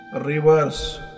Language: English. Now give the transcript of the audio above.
reverse